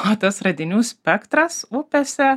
o tas radinių spektras upėse